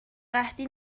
قحطی